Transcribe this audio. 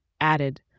added